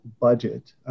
budget